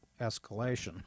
escalation